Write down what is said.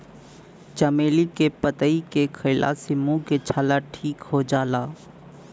चमेली के पतइ के खईला से मुंह के छाला ठीक हो जाला